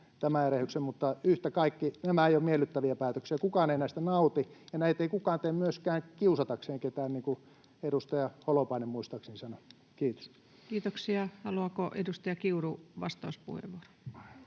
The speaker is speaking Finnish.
Mutta yhtä kaikki, nämä eivät ole miellyttäviä päätöksiä. Kukaan ei näistä nauti, ja näitä ei kukaan tee myöskään kiusatakseen ketään, niin kuin edustaja Holopainen muistaakseni sanoi. — Kiitos. [Speech 263] Speaker: Ensimmäinen varapuhemies